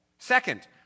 Second